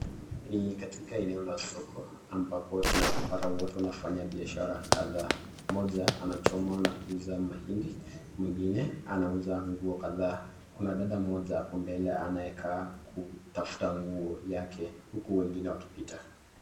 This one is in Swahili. Hii ni katika eneo la soko ambapo tunapata watu wanafanya biashara kadhaa, mmoja anachoma na kuuza mahindi. Mwingine anauza nguo kadhaa, kuna dada mmoja hapo mbele anayekaa kutafuta nguo yake, huku wengine wakipita.